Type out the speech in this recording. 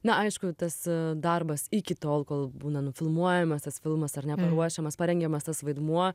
na aišku tas darbas iki tol kol būna nufilmuojamas tas filmas ar ne paruošiamas parengiamas tas vaidmuo